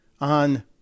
on